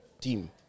team